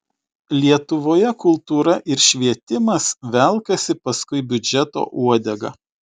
lietuvoje kultūra ir švietimas velkasi paskui biudžeto uodegą